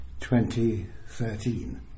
2013